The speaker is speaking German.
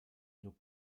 nur